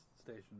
station